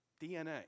DNA